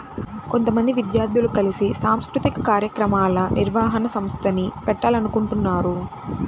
కొంతమంది విద్యార్థులు కలిసి సాంస్కృతిక కార్యక్రమాల నిర్వహణ సంస్థని పెట్టాలనుకుంటన్నారు